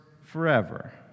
forever